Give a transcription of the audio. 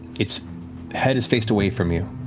its head is faced away from you.